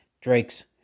Drake's